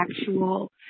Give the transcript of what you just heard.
actual